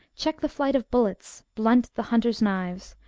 check the flight of bullets, blunt the hunters' knives,